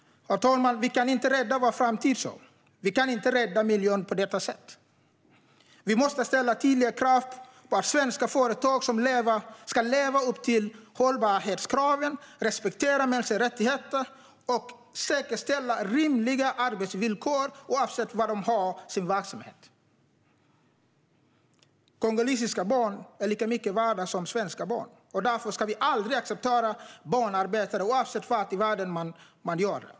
Herr talman! Vi kan inte rädda vår framtid så. Vi kan inte rädda miljön på detta sätt. Vi måste ställa tydliga krav på att svenska företag lever upp till hållbarhetskraven, respekterar mänskliga rättigheter och säkerställer rimliga arbetsvillkor oavsett var de har sin verksamhet. Kongolesiska barn är lika mycket värda som svenska barn, och därför ska vi aldrig acceptera barnarbete - oavsett var i världen det sker.